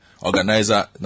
organizer